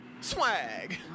Swag